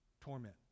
torment